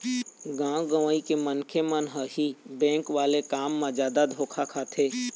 गाँव गंवई के मनखे मन ह ही बेंक वाले काम म जादा धोखा खाथे